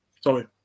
Sorry